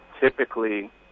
typically